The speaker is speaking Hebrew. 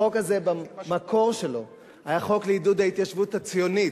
החוק הזה במקור שלו היה חוק לעידוד ההתיישבות הציונית,